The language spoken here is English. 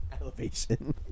Elevation